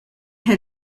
had